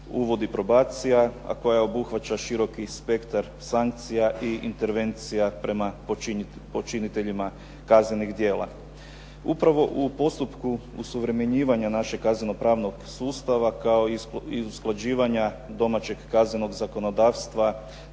uvodi probacija, a koja obuhvaća široki spektar sankcija i intervencija prema počiniteljima kaznenih djela. Upravo u postupku osuvremenjivanja našeg kazneno-pravnog sustava kao i usklađivanja domaćeg kaznenog zakonodavstva